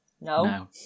No